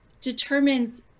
determines